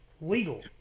Legal